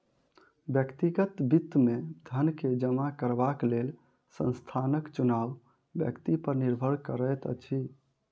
व्यक्तिगत वित्त मे धन के जमा करबाक लेल स्थानक चुनाव व्यक्ति पर निर्भर करैत अछि